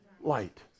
light